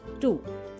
two